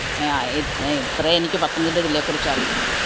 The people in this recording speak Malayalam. ഇത്രയേ എനിക്ക് പത്തനംതിട്ട ജില്ലയേക്കുറിച്ചറിയു